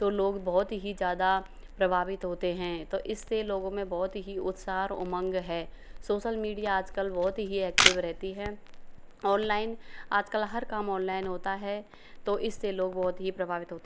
तो लोग बहुत ही ज्यादा प्रभावित होते हैं तो इससे लोगों मे बहुत ही उत्साह और उमंग है सोसल मीडिया आज कल बहुत ही एक्टिव रहती है ऑनलाइन आज कल हर काम ऑनलाइन होता है तो इससे लोग बहुत ही प्रभावित होते हैं